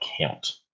account